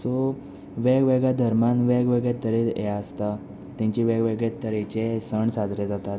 so वेगवेगळ्या धर्मान वेगवेगळ्या तरेन हे आसा तांचे वेगवेगळे तरेचे सण साजरे जातात